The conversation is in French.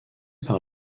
par